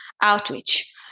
outreach